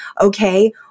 okay